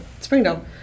Springdale